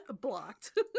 blocked